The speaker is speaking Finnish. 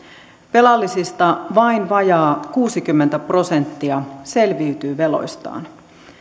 velallisista vain vajaa kuusikymmentä prosenttia selviytyy veloistaan